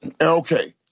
Okay